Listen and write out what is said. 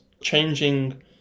changing